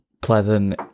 pleasant